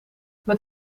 met